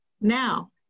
Now